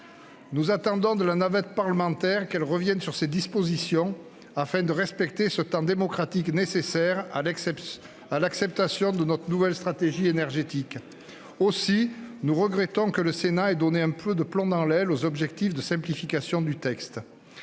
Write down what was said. Nous attendons de la navette parlementaire qu'elle revienne sur ces dispositions, afin de respecter ce temps démocratique nécessaire à l'acceptation de notre nouvelle stratégie énergétique. Aussi regrettons-nous que le Sénat ait mis un peu de plomb dans l'aile aux objectifs de simplification du texte.